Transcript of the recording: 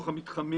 זה לא פשוט.